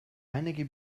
einige